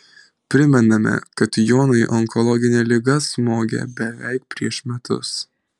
primename kad jonui onkologinė liga smogė beveik prieš metus